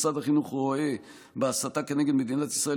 משרד החינוך רואה בהסתה כנגד מדינת ישראל